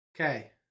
Okay